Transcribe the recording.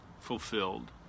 fulfilled